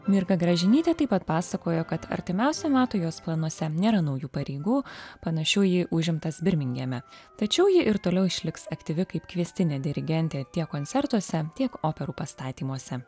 mirga gražinytė taip pat pasakojo kad artimiausio meto jos planuose nėra naujų pareigų panašių į užimtas birmingeme tačiau ji ir toliau išliks aktyvi kaip kviestinė dirigentė tiek koncertuose tiek operų pastatymuose